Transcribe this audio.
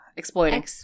Exploiting